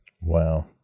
Wow